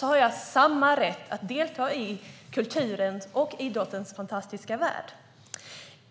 jag har - har samma rätt att delta i kulturens och idrottens fantastiska värld.